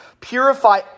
purify